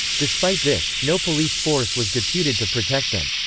despite this, no police force was deputed to protect them.